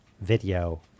video